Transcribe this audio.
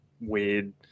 weird